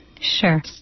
Sure